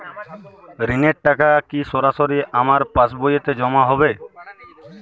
ঋণের টাকা কি সরাসরি আমার পাসবইতে জমা হবে?